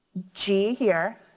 g here,